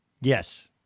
Yes